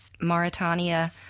Mauritania